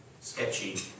sketchy